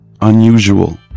Unusual